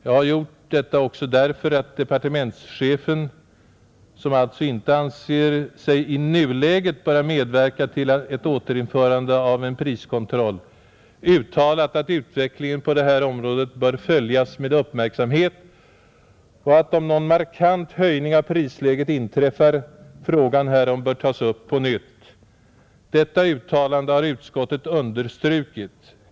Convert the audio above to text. Jag har gjort detta också därför att departementschefen, som alltså inte anser sig i nuläget böra medverka till ett återinförande av en priskontroll, uttalat att utvecklingen på det här området bör följas med uppmärksamhet och att om någon markant höjning av prisläget inträffar, frågan härom bör tas upp på nytt. Detta uttalande har utskottet understrukit.